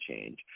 change